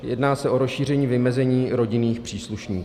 Jedná se o rozšíření vymezení rodinných příslušníků.